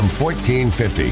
1450